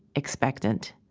expectant